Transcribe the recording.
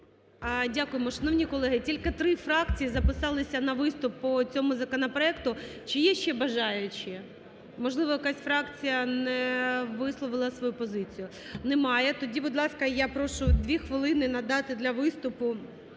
Дякуємо. Шановні колеги, тільки три фракції записалися на виступ по цьому законопроекту. Чи є ще бажаючі? Можливо якась фракція не висловила свою позицію. Немає. Тоді, будь ласка, я прошу дві хвилини надати для виступу